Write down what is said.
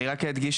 אני רק אדגיש,